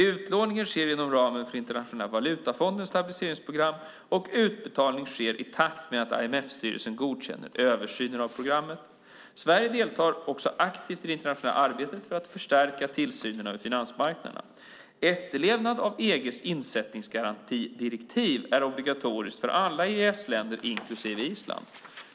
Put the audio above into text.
Utlåningen sker inom ramen för Internationella valutafondens, IMF:s, stabiliseringsprogram och utbetalning sker i takt med att IMF:s styrelse godkänner översyner av programmet. Sverige deltar också aktivt i det internationella arbetet för att förstärka tillsynen över finansmarknaderna. Efterlevnad av EG:s insättningsgarantidirektiv är obligatoriskt för alla EES-länder inklusive Island.